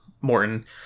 Morton